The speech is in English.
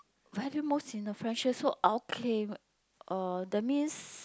value most in a friendship so okay uh that means